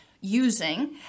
using